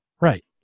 right